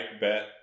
bet